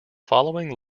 following